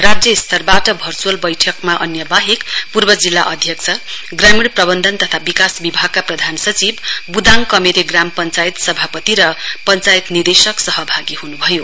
राज्य स्तरबाट भर्घूअल बैठकमा अन्य बाहेक पूर्व जिल्ला अध्यक्ष ग्रामीण प्रबन्धन तथा विकास विभागका प्रधान सचिव ब्दाङ कमेरे ग्राम पञ्चायत सभापति र पञ्चायत निदेशक सहभागी हुनुभयो